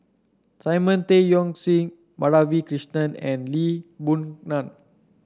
Simon Tay Seong Chee Madhavi Krishnan and Lee Boon Ngan